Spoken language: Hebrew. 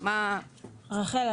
רחל,